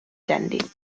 dandy